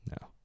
No